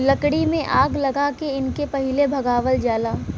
लकड़ी में आग लगा के इनके पहिले भगावल जाला